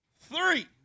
three